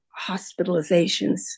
hospitalizations